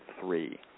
three